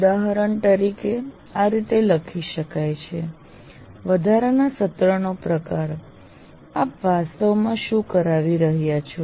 ઉદાહરણ તરીકે આ રીતે લખી શકાય છેવધારાના સત્રનો પ્રકાર આપ વાસ્તવમાં શું કરાવી રહ્યા છો